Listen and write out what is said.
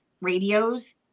radios